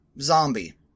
Zombie